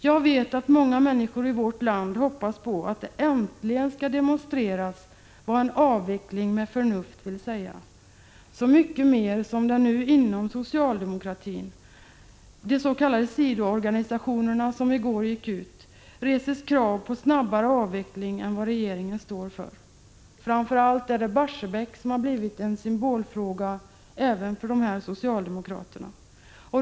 Jag vet att många människor i vårt land hoppas på att det äntligen skall demonstreras vad en avveckling med förnuft vill säga, så mycket mer som det nu inom socialdemokratin — de s.k. sidoorganisationerna, som i går gick ut — reses krav på en snabbare avveckling än vad regeringen står för. Det är framför allt Barsebäck som har blivit en symbolfråga även för dessa socialdemokrater.